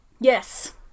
Yes